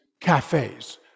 cafes